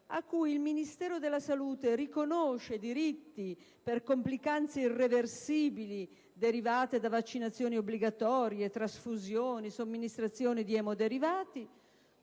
il Ministero della salute riconosce diritti per complicanze irreversibili derivate da vaccinazioni obbligatorie, trasfusioni, somministrazioni di emoderivati.